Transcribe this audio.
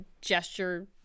gesture